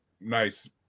nice